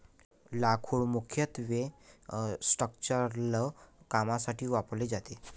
लाकूड मुख्यत्वे स्ट्रक्चरल कामांसाठी वापरले जाते